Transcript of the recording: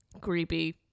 Creepy